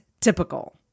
typical